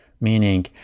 meaning